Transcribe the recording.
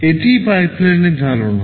এটি পাইপলাইনের ধারণা